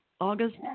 August